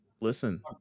Listen